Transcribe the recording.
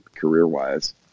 career-wise